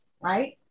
right